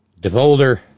DeVolder